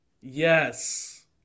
Yes